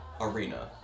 Arena